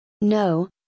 No